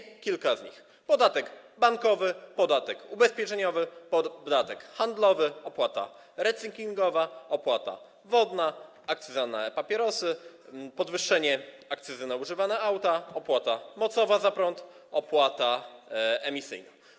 Wymienię kilka z nich: podatek bankowy, podatek ubezpieczeniowy, podatek handlowy, opłata recyklingowa, opłata wodna, akcyza na papierosy, akcyza na używane auta, opłata mocowa za prąd, opłata emisyjna.